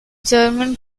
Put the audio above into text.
german